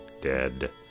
dead